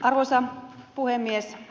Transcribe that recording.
arvoisa puhemies